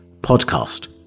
podcast